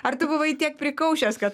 ar tu buvai tiek prikaušęs kad